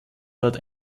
dort